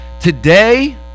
today